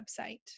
website